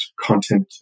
content